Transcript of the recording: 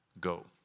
go